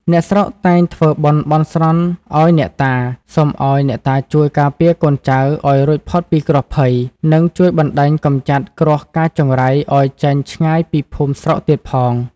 អ្នកស្រុកតែងធ្វើបុណ្យបន់ស្រន់ឱ្យអ្នកតា សុំឱ្យអ្នកតាជួយការពារកូនចៅឱ្យរួចពីគ្រោះភ័យ និងជួយបណ្ដេញកំចាត់គ្រោះកាចចង្រៃឱ្យចេញឆ្ងាយពីភូមិស្រុកទៀតផង។